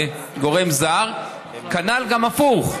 כנ"ל הפוך,